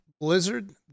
Blizzard